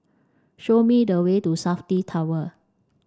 show me the way to SAFTI Tower